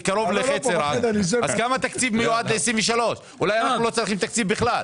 אולי לא צריך תקציב בכלל.